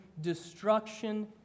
destruction